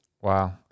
Wow